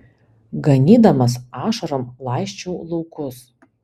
ganydamas ašarom laisčiau laukus